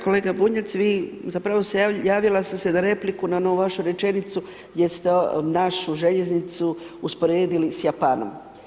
Kolega Bunjac, vi, zapravo javila sam se na repliku na onu vašu rečenicu gdje ste našu željeznicu usporedili s Japanom.